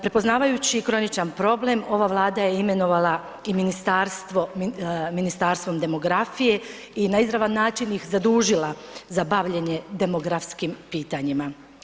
Prepoznavajući kroničan problem ova Vlada je imenovala i ministarstvo, Ministarstvo demografije i na izravan način ih zadužila da bavljenje demografskim pitanjima.